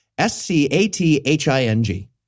S-C-A-T-H-I-N-G